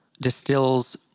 distills